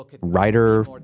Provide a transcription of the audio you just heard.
writer